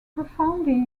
profoundly